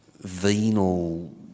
venal